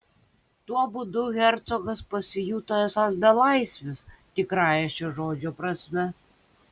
tuo būdu hercogas pasijuto esąs belaisvis tikrąja šio žodžio prasme